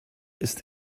ist